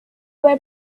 were